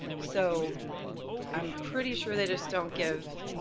so i'm pretty sure they just don't give